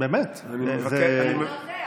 זה עוד לא זה,